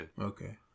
Okay